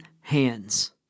hands